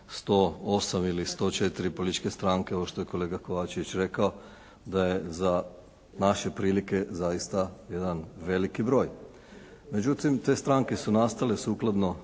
108 ili 104 političke stranke ovo što je kolega Kovačević rekao, da je za naše prilike zaista jedan veliki broj. Međutim te stranke su nastale sukladno